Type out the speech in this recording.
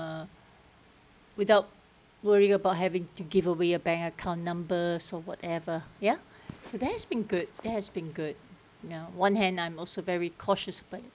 uh without worrying about having to give away your bank account numbers or whatever ya so that's been good that has been good now one hand I'm also very cautious